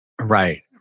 Right